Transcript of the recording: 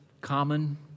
common